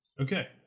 Okay